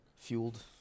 Fueled